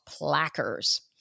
Plackers